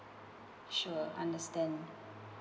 sure understand